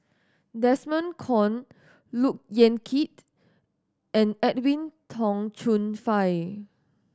Desmond Kon Look Yan Kit and Edwin Tong Chun Fai